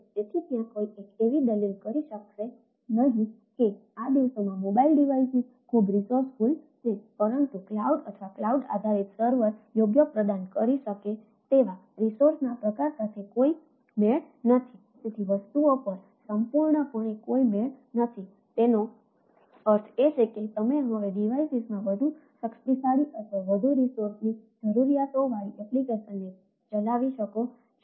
તેથી ત્યાં કોઈ એવી દલીલ કરી શકશે નહીં કે આ દિવસોમાં મોબાઇલ ડિવાઇસીસ ચલાવી શકો છો